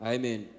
Amen